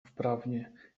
wprawnie